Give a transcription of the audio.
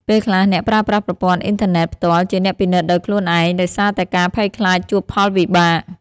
ពេលខ្លះ អ្នកប្រើប្រាស់ប្រព័ន្ធអុីនធើណេតផ្ទាល់ជាអ្នកពិនិត្យដោយខ្លួនឯង ដោយសារតែការភ័យខ្លាចជួបផលវិបាក។